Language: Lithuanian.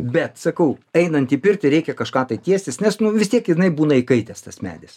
bet sakau einant į pirtį reikia kažką tai tiestis nes nu vis tiek jinai būna įkaitęs tas medis